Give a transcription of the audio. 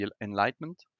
Enlightenment